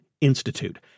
Institute